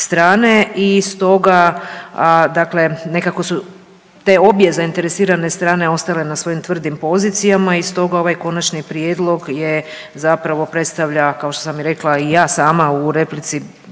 I stoga dakle nekako su te obje zainteresirane strane ostale na svojim tvrdim pozicijama i stoga ovaj Konačni prijedlog zapravo predstavlja kao što sam i rekla i ja sama u replici,